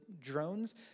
drones